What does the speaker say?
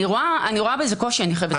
אני רואה בזה קושי, אני חייבת להגיד לך.